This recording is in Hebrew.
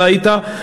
אתה היית,